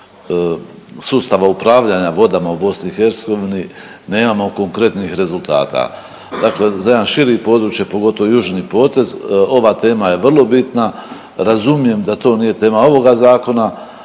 sustava upravljanja vodama u BiH nemamo konkretnih rezultata. Dakle, za jedan širi područje pogotovo južni potez ova tema je vrlo bitna, razumijem da to nije tema ovoga zakona,